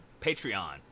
Patreon